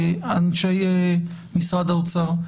אנשי משרד האוצר,